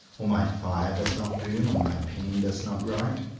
or my fire does not burn, or my pen does not write.